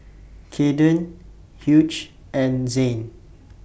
Caden Hughes and Zain